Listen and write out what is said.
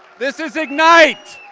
this is ignite!